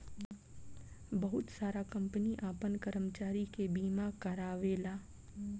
बहुत सारा कंपनी आपन कर्मचारी के बीमा कारावेला